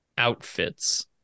outfits